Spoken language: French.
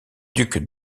duc